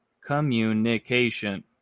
communication